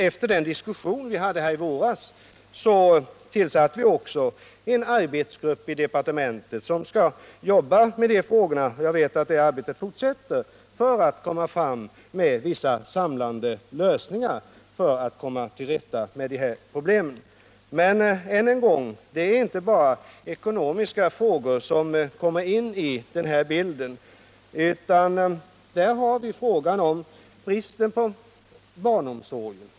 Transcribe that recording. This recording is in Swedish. Efter den diskussion som vi hade här i våras tillsatte vi också en arbetsgrupp i departementet som skulle jobba med de familjepolitiska frågorna. Jag vet att man fortsätter att arbeta med frågorna i syfte att komma fram till vissa samlande lösningar på problemen. Men än en gång: Det är inte bara ekonomiska frågor som kommer in i bilden. Vi har också frågan om barnomsorgen.